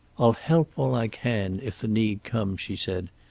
i'll help all i can, if the need comes, she said,